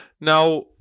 Now